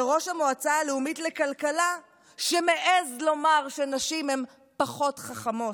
לראש המועצה הלאומית לכלכלה פרופסור שמעז לומר שנשים הן פחות חכמות.